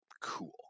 cool